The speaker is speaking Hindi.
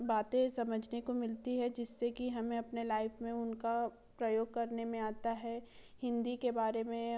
बातें समझने को मिलती है जिससे कि हमें अपने लाइफ में उनका प्रयोग करने में आता है हिंदी के बारे में